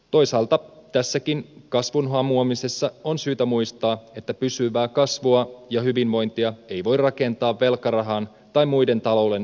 toisaalta tässäkin kasvun hamuamisessa on syytä muistaa että pysyvää kasvua ja hyvinvointia ei voi rakentaa velkarahan tai muiden talouden vippaskonstien varaan